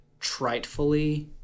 tritefully